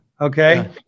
Okay